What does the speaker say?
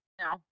No